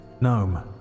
Gnome